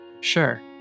sure